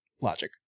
Logic